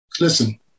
listen